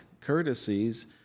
courtesies